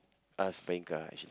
us buying car actually